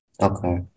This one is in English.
Okay